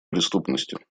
преступностью